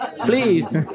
Please